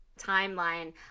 Timeline